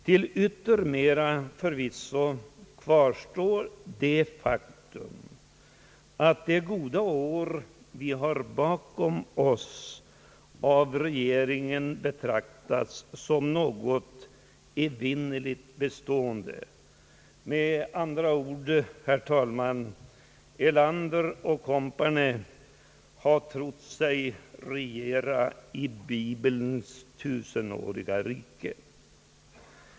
Till yttermera visso kvarstår det faktum att de goda år som vi har bakom oss av regeringen betraktas såsom något evinnerligen bestående. Herr Erlander et compani har, herr talman, med andra ord trott sig regera i bibelns tusenåriga rike.